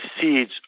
seeds